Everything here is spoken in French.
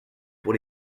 pour